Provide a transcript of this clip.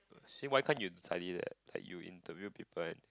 so why can't you study that like you interview people and